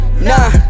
Nah